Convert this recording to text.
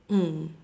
mm